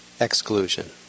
Exclusion